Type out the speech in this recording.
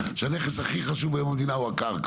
כשהנכס הכי חשוב היום במדינה הוא הקרקע.